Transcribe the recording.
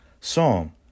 psalm